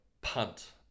punt